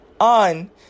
on